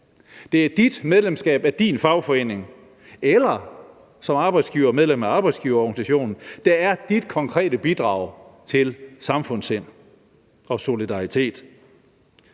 Det er dit medlemskab af din fagforening eller som arbejdsgiver at være medlem af en arbejdsgiverorganisation, der er dit konkrete bidrag til samfundssind og solidaritet.